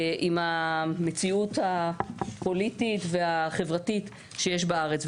עם המציאות הפוליטית והחברתית שיש בארץ,